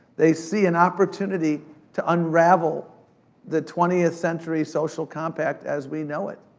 they see an opportunity to unravel the twentieth century social compact as we know it.